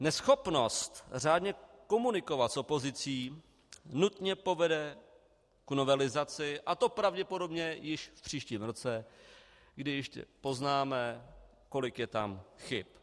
Neschopnost řádně komunikovat s opozicí nutně povede k novelizaci, a to pravděpodobně již v příštím roce, kdy ještě poznáme, kolik je tam chyb.